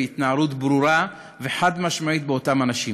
בהתנערות ברורה וחד-משמעית מאותם אנשים.